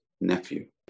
nephew